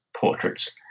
portraits